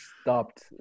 stopped